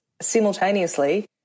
simultaneously